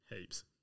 Heaps